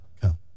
come